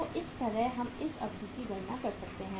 तो इस तरह हम इस अवधि की गणना कर सकते हैं